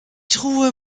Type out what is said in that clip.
truhe